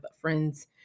friends